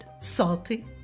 salty